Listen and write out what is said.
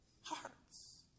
hearts